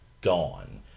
gone